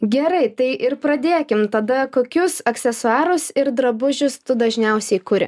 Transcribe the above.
gerai tai ir pradėkim tada kokius aksesuarus ir drabužius tu dažniausiai kuri